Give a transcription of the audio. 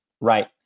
right